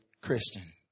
Christian